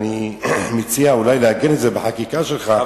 אני מציע אולי לעגן את זה בחקיקה שלך,